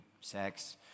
sex